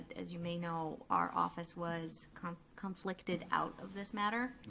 as you may know, our office was kind of conflicted out of this matter.